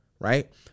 Right